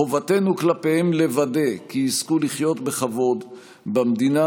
חובתנו כלפיהם לוודא כי יזכו לחיות בכבוד במדינה